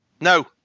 No